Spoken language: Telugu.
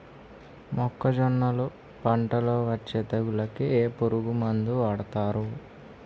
మొక్కజొన్నలు పంట లొ వచ్చే తెగులకి ఏ పురుగు మందు వాడతారు?